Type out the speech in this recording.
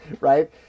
Right